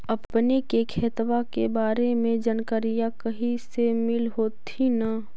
अपने के खेतबा के बारे मे जनकरीया कही से मिल होथिं न?